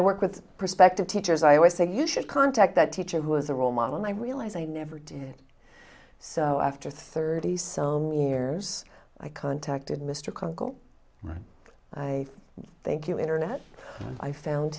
i work with prospective teachers i always say you should contact that teacher who is a role model and i realize i never did so after thirty some years i contacted mr congo right i thank you internet i found